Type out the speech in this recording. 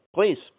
Please